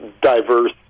diverse